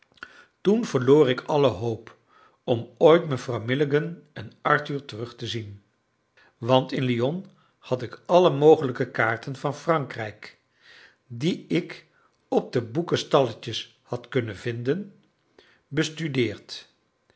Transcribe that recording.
toen verloor ik alle hoop om ooit mevrouw milligan en arthur terug te zien want in lyon had ik alle mogelijke kaarten van frankrijk die ik op de boekenstalletjes had kunnen vinden bestudeerd